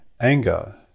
anger